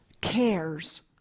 cares